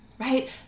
right